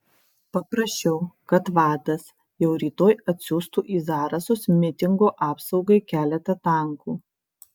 paprašiau kad vadas jau rytoj atsiųstų į zarasus mitingo apsaugai keletą tankų